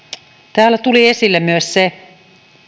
täällä tuli esille myös se kun